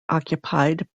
occupied